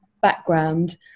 background